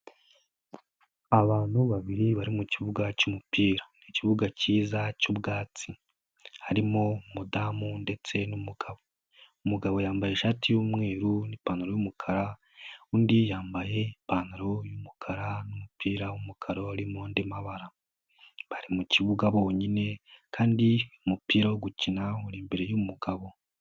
Abantu babiri bari mu kibuga cy'umupira ni ikibuga cyiza cy'ubwatsi, harimo umudamu ndetse n'umugabo, umugabo yambaye ishati y'umweru n'ipantaro y'umukara undi yambaye ipantaro y'umukara n'umupira w'umukara urimo andi mabara, bari mu kibuga bonyine kandi umupira wo gukina uri imbere y'umugabo.